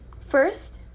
First